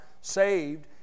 saved